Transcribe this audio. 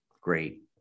Great